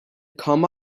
come